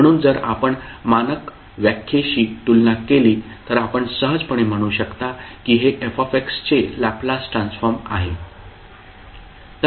म्हणून जर आपण मानक व्याख्येशी तुलना केली तर आपण सहजपणे म्हणू शकता की हे f चे लॅपलास ट्रान्सफॉर्म आहे